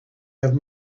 have